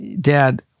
Dad